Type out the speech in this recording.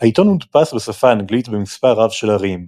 העיתון מודפס בשפה האנגלית במספר רב של ערים,